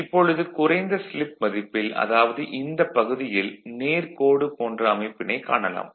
இப்பொழுது குறைந்த ஸ்லிப் மதிப்பில் அதாவது இந்தப் பகுதியில் நேர் கோடு போன்ற அமைப்பினைக் காணலாம்